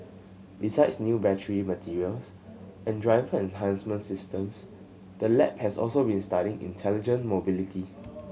besides new battery materials and driver enhancement systems the lab has also been studying intelligent mobility